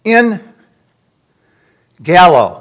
in gallo